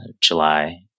July